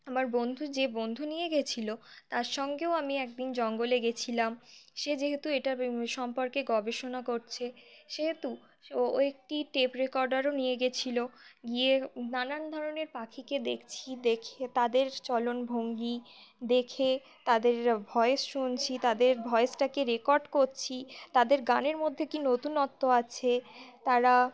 আমার বন্ধু যে বন্ধু নিয়ে গিয়েছিল তার সঙ্গেও আমি একদিন জঙ্গলে গেছিলাম সে যেহেতু এটা সম্পর্কে গবেষণা করছে সেহেতু ও ও একটি টেপ রেকর্ডারও নিয়ে গেছিল গিয়ে নানান ধরনের পাখিকে দেখছি দেখে তাদের চলনভঙ্গি দেখে তাদের ভয়েস শুনছি তাদের ভয়েসটাকে রেকর্ড করছি তাদের গানের মধ্যে কী নতুনত্ব আছে তারা